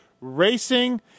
Racing